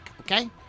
okay